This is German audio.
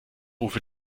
rufe